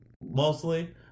mostly